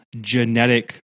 genetic